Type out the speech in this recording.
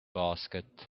basket